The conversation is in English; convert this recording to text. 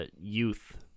Youth